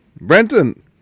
Brenton